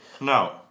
No